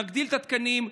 נגדיל את התקנים,